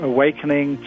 Awakening